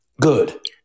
good